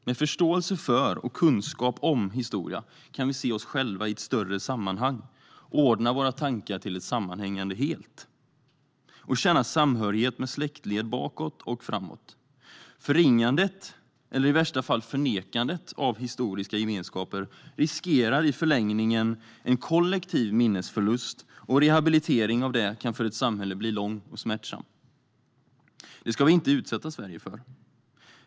Med förståelse för och kunskap om historia kan vi se oss själva i ett större sammanhang, ordna våra tankar till något sammanhängande helt och känna samhörighet med släktled bakåt och framåt. Förringandet, eller i värsta fall förnekandet, av historiska gemenskaper riskerar i förlängningen att medföra en kollektiv minnesförlust, och rehabiliteringen för det kan för ett samhälle bli lång och smärtsam. Det ska vi inte utsätta Sverige för.